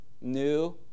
new